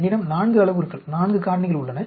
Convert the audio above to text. என்னிடம் 4 அளவுருக்கள் 4 காரணிகள் உள்ளன